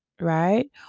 Right